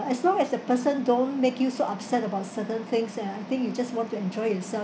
as long as the person don't make you so upset about certain things then I think you just go to enjoy yourself